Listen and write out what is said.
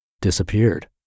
disappeared